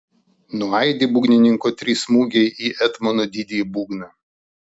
nuaidi būgnininko trys smūgiai į etmono didįjį būgną